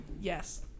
Yes